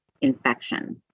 infection